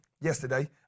yesterday